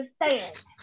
understand